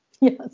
Yes